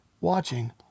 watching